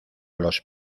los